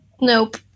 Nope